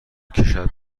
کشد